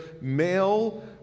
male